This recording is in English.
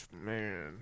man